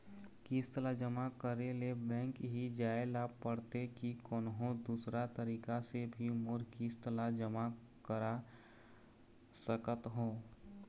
किस्त ला जमा करे ले बैंक ही जाए ला पड़ते कि कोन्हो दूसरा तरीका से भी मोर किस्त ला जमा करा सकत हो?